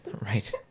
Right